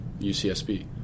UCSB